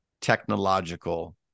technological